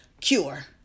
cure